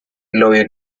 lawyer